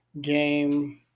game